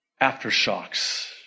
aftershocks